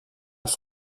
leur